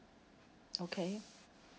okay